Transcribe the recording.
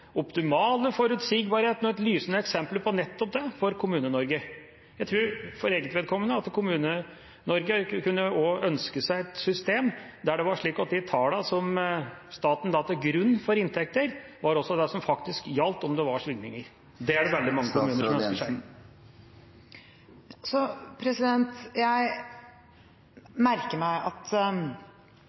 for Kommune-Norge? For eget vedkommende tror jeg at Kommune-Norge også kunne ønske seg et system der det var slik at de tallene som staten la til grunn for inntekter, også var de som faktisk gjaldt om det var svingninger. Det er det veldig mange kommuner som kunne ønsket seg. Jeg merker meg at